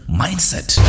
mindset